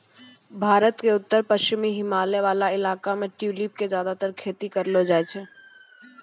भारत के उत्तर पश्चिमी हिमालय वाला इलाका मॅ ट्यूलिप के ज्यादातर खेती करलो जाय छै